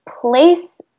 place